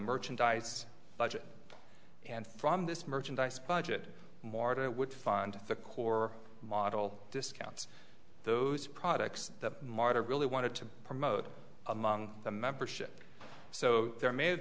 merchandise budget and from this merchandise budget more of it would fund the core model discounts those products that martha really wanted to promote among the membership so there may have